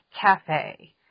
Cafe